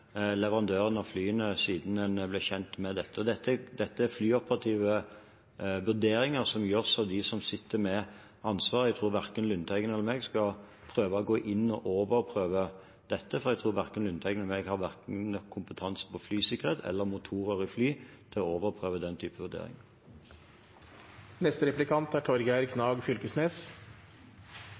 Dette er flyoperative vurderinger som gjøres av dem som sitter med ansvaret. Jeg tror verken Lundteigen eller jeg skal prøve å gå inn og overprøve dette, for jeg tror verken han eller jeg har nok kompetanse på flysikkerhet eller motorer i fly til å overprøve den typen vurderinger. Samtidig som statsråden hevdar at det er